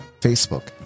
Facebook